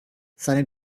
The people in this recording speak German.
seine